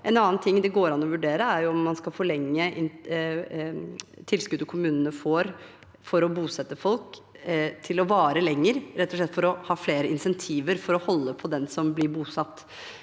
En annen ting det går an å vurdere, er om man skal forlenge tilskuddet kommunene får for å bosette folk – at det skal vare lenger – rett og slett for å ha flere insentiver for å holde på den som blir bosatt.